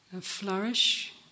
flourish